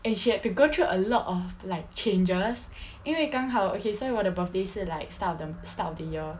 and she had to go through a lot of like changes 因为刚好 okay 所以我的 birthday 是 like start of the start of the year